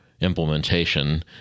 implementation